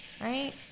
Right